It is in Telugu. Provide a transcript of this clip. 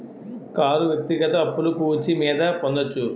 కారు వ్యక్తిగత అప్పులు పూచి మీద పొందొచ్చు